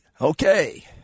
Okay